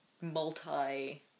multi